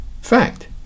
fact